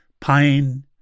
pain